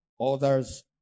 others